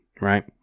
right